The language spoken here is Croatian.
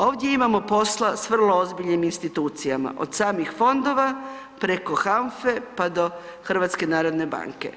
Ovdje imamo posla s vrlo ozbiljnim institucijama, od samih fondova preko HANFA-e, pa do HNB-a.